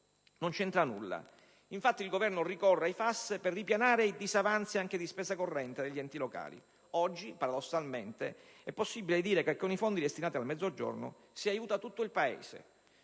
non c'entra nulla. Infatti, il Governo ricorre ai FAS anche per ripianare i disavanzi di spesa corrente degli enti locali. Oggi, paradossalmente, è possibile dire che con i fondi destinati al Mezzogiorno si aiuta tutto il Paese,